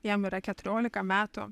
jam yra keturiolika metų